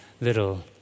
little